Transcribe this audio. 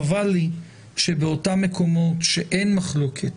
חבל לי שבאותם מקומות שאין מחלוקת